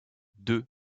deux